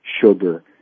sugar